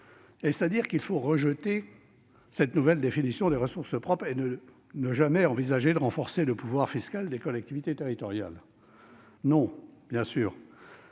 Est-ce à dire qu'il faut rejeter cette nouvelle définition des ressources propres et ne jamais envisager de renforcer le pouvoir fiscal des collectivités territoriales ? Non, bien sûr !